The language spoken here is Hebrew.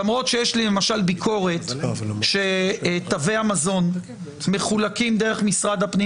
למרות שיש לי למשל ביקורת שתווי המזון מחולקים דרך משרד הפנים